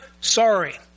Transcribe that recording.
sorry